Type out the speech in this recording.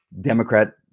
Democrat